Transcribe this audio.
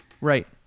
Right